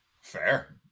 Fair